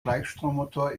gleichstrommotor